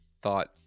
thought